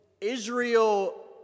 Israel